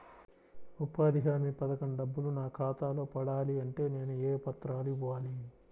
ఉపాధి హామీ పథకం డబ్బులు నా ఖాతాలో పడాలి అంటే నేను ఏ పత్రాలు ఇవ్వాలి?